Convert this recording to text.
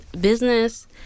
business